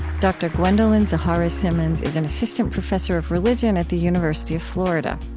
dr. gwendolyn zoharah simmons is an assistant professor of religion at the university of florida.